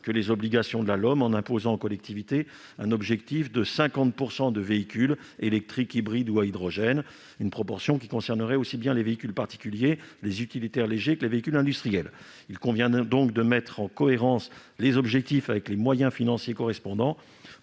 que les obligations fixées par la LOM, en imposant aux collectivités un objectif de 50 % de véhicules électriques, hybrides ou à hydrogène, proportion qui concernerait aussi bien les véhicules particuliers et les utilitaires légers que les véhicules industriels. Il convient de mettre en cohérence les objectifs et les moyens financiers. Tel est